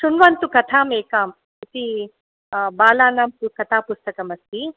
श्रुण्वन्तु कथामेकाम् इति बालानां पु कथापुस्तकमस्ति